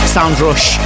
Soundrush